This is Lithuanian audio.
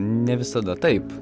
ne visada taip